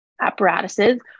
apparatuses